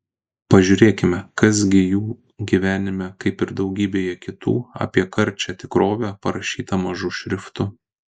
pažiūrėkime kas gi jų gyvenime kaip ir daugybėje kitų apie karčią tikrovę parašyta mažu šriftu